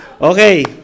Okay